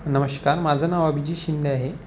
नमस्कार माझं नाव अभिजीत शिंदे आहे